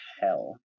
hell